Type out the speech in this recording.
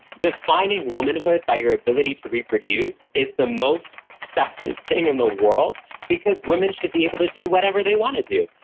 defining womanhood by your ability to reproduce is the most sexist thing in the world because women should be able to do whatever they want to do.